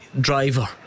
driver